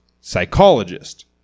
Psychologist